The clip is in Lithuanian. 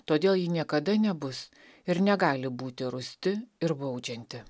todėl ji niekada nebus ir negali būti rūsti ir baudžianti